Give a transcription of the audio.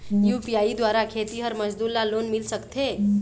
UPI द्वारा खेतीहर मजदूर ला लोन मिल सकथे?